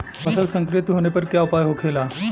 फसल संक्रमित होने पर क्या उपाय होखेला?